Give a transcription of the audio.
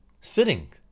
sitting